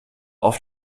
oft